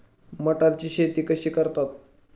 मटाराची शेती कशी करतात?